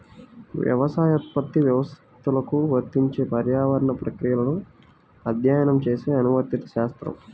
వ్యవసాయోత్పత్తి వ్యవస్థలకు వర్తించే పర్యావరణ ప్రక్రియలను అధ్యయనం చేసే అనువర్తిత శాస్త్రం